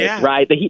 right